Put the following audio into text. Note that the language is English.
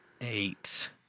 Eight